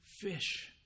fish